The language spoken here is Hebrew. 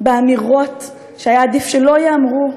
באמירות שהיה עדיף שלא ייאמרו,